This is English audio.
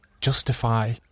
justify